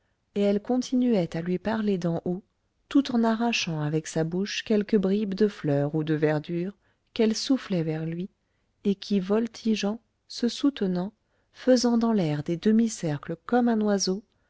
et elle continuait à lui parler d'en haut tout en arrachant avec sa bouche quelque bribe de fleur ou de verdure qu'elle soufflait vers lui et qui voltigeant se soutenant faisant dans l'air des demi-cercles comme un oiseau